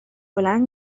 بلند